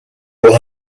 will